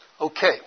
Okay